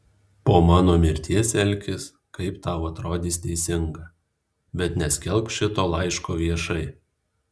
po mano mirties elkis kaip tau atrodys teisinga bet neskelbk šito laiško viešai